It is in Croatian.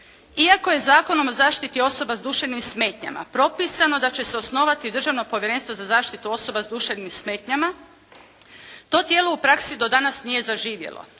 "Iako je Zakonom o zaštiti osoba s duševnim smetnjama propisano da će se osnovati Državno povjerenstvo za zaštitu osoba s duševnim smetnjama to tijelo u praksi do danas nije zaživjelo.